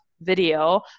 video